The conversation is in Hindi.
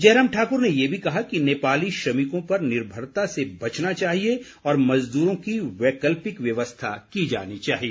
जयराम ठाकुर ने ये भी कहा कि नेपाली श्रमिकों पर निर्भरता से बचना चाहिए और मज़दूरों की वैकल्पिक व्यवस्था की जानी चाहिए